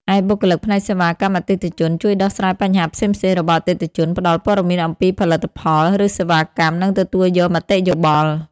ឯបុគ្គលិកផ្នែកសេវាកម្មអតិថិជន ជួយដោះស្រាយបញ្ហាផ្សេងៗរបស់អតិថិជន ផ្តល់ព័ត៌មានអំពីផលិតផល ឬសេវាកម្ម និងទទួលយកមតិយោបល់។